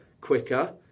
quicker